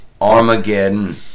Armageddon